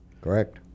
Correct